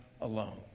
alone